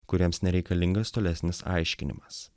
kuriems nereikalingas tolesnis aiškinimas